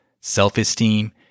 self-esteem